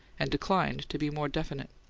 and declined to be more definite.